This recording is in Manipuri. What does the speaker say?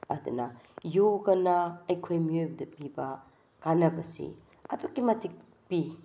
ꯑꯗꯨꯅ ꯌꯣꯒꯅ ꯑꯩꯈꯣꯏ ꯃꯤꯑꯣꯏꯕꯗ ꯄꯤꯕ ꯀꯥꯅꯅꯕꯁꯤ ꯑꯗꯨꯛꯀꯤ ꯃꯇꯤꯛ ꯄꯤ